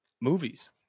movies